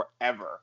forever